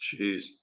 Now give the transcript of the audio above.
Jeez